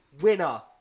Winner